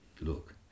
Look